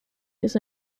his